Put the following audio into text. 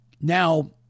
now